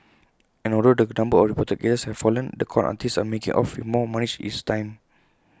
and although the number of reported cases has fallen the con artists are making off with more money each time